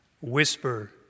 whisper